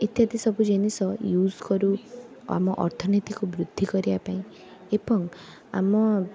ଇତ୍ୟାଦି ସବୁ ଜିନିଷ ୟୁଜ୍ କରୁ ଆମ ଅର୍ଥନୀତିକୁ ବୃଦ୍ଧି କରିବା ପାଇଁ ଏବଂ ଆମ